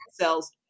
cells